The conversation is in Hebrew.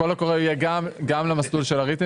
הקול הקורא יהיה גם למסלול של הריטים